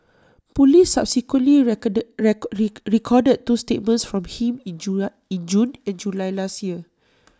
Police subsequently recorded record reek recorded two statements from him in June in June and July last year